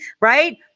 right